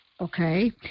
Okay